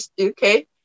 Okay